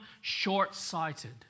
short-sighted